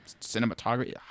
cinematography